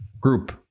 group